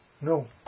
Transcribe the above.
No